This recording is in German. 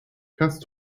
kannst